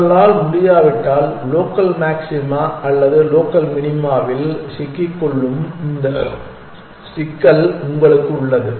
உங்களால் முடியாவிட்டால் local maxima அல்லது லோக்கல் மினிமாவில் சிக்கிக் கொள்ளும் இந்த சிக்கல் உங்களுக்கு உள்ளது